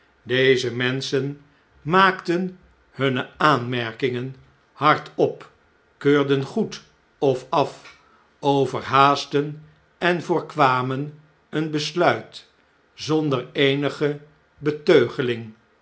deze menschen maakten hunne aanmerkingen hardop keurden goed of af overhaastten en voorkwamen een besluit zonder eenige